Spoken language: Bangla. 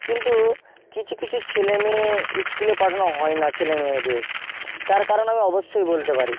কিন্তু কিছু কিছু ছেলে মেয়ে স্কুলে পাঠানো হয় না ছেলে মেয়েদের তার কারণ আমি অবশ্যই বলতে পারি